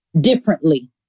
differently